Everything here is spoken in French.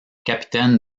capitaine